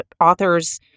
authors